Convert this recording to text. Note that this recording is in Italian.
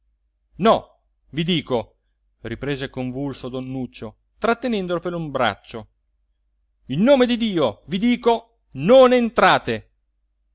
no vi dico riprese convulso don nuccio trattenendolo per un braccio in nome di dio vi dico non entrate